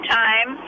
time